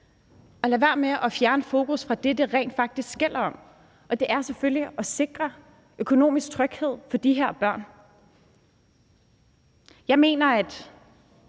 lade være med at fjerne fokus fra det, det rent faktisk gælder om, og det er selvfølgelig at sikre økonomisk tryghed for de her børn. Jeg håber –